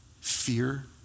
fear